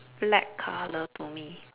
black colour to me